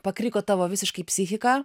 pakriko tavo visiškai psichika